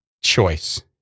choice